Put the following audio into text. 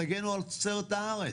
תגנו על תוצרת הארץ.